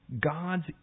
God's